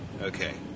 Okay